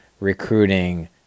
recruiting